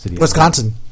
Wisconsin